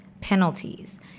Penalties